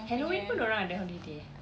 halloween pun dia orang ada holiday eh